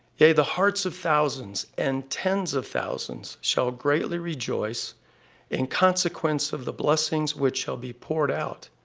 yea the hearts of thousands and tens of thousands shall greatly rejoice in consequence of the blessings which shall be poured out,